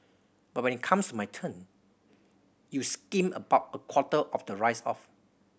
but when it comes my turn you skim about a quarter of the rice off